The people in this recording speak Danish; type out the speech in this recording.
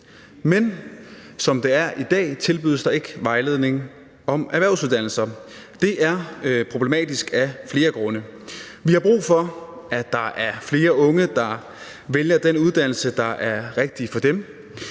Men som det er i dag, tilbydes der ikke vejledning om erhvervsuddannelser. Det er problematisk af flere grunde. Vi har brug for, at der er flere unge, der vælger den uddannelse, der er rigtig for dem.